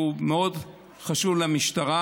שהוא מאוד חשוב למשטרה,